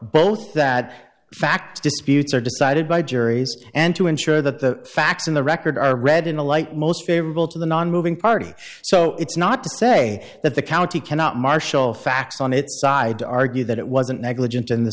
both that fact disputes are decided by juries and to ensure that the facts in the record are read in the light most favorable to the nonmoving party so it's not to say that the county cannot marshal facts on its side to argue that it wasn't negligent